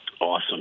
Awesome